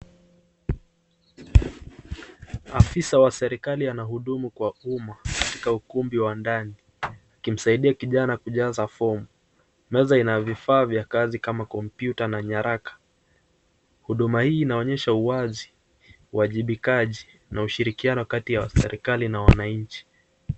Afisa wa serekali anahudumu kwa umma katika ukumbi wa ndani akimsaidia kijana kujaza fomu. Meza ina vifaa vya kazi kama kompyuta na nyaraka. Huduma hii inaonyesha uwazi, uajibikaji na ushirikiano kati ya serekali na wananchi.